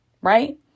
right